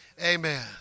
Amen